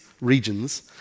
regions